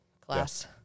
class